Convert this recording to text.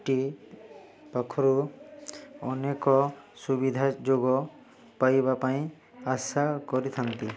ଟି ପାଖରୁ ଅନେକ ସୁବିଧାଯୋଗ ପାଇବା ପାଇଁ ଆଶା କରିଥାନ୍ତି